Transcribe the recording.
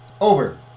over